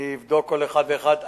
אני אבדוק כל אחד ואחד.